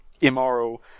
immoral